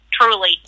truly